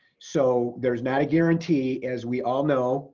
so there's not a guarantee as we all know